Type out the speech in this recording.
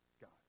God